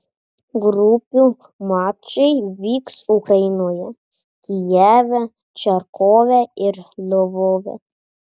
grupių mačai vyks ukrainoje kijeve charkove ir lvove